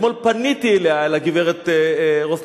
ואתמול פניתי אליה, אל גברת רוסק-עמינח,